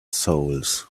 souls